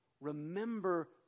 Remember